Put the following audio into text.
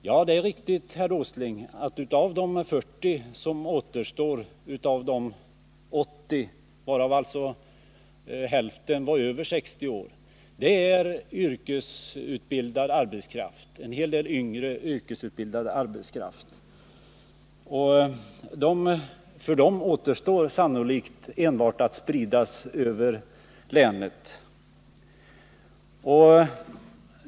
Ja, det är riktigt, herr Åsling. De 40 som återstår av de 80, av vilka alltså hälften var över 60 år, är yrkesutbildad yngre arbetskraft. För dem återstår sannolikt att resa eller flytta till jobb över hela länet.